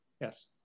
Yes